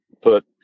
put